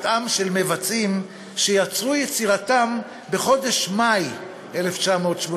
חברי הכנסת: מה חטאם של מבצעים שיצרו יצירתם בחודש מאי 1984,